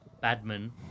Badman